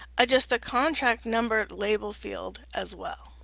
adjust the contract number label field as well.